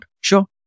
sure